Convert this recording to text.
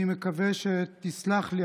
אני מקווה שתסלח לי,